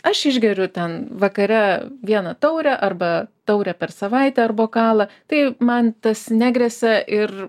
aš išgeriu ten vakare vieną taurę arba taurę per savaitę ar bokalą tai man tas negresia ir